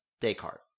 Descartes